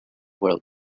world